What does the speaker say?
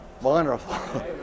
Wonderful